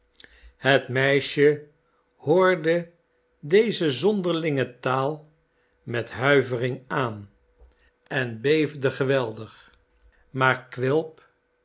het meisje hoorde deze zonderlinge taal met huivering aan en beefde geweldig maar quilp